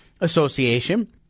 Association